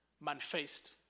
manifest